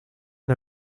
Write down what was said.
una